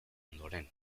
ondoren